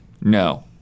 No